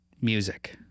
music